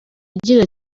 agira